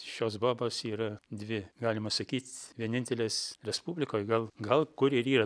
šios bobos yra dvi galima sakyt vienintelės respublikoj gal gal kur ir yra